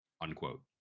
unquote